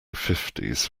fifties